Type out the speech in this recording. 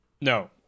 no